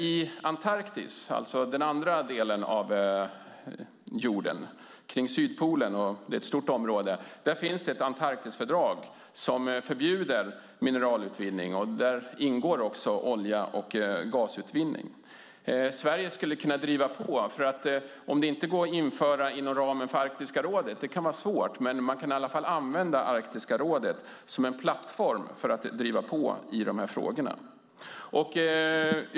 I Antarktis, det vill säga på andra sidan jorden vid Sydpolen, finns det ett Antarktisfördrag som förbjuder mineralutvinning. Där ingår också olje och gasutvinning. Sverige skulle kunna driva på. Om det inte går att införa detta inom ramen för Arktiska rådet - det kan vara svårt - kan man i alla fall använda Artiska rådet som en plattform för att driva på i de här frågorna.